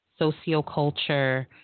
socioculture